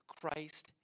Christ